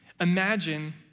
Imagine